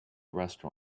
restaurant